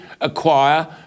acquire